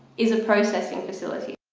is a processing facility.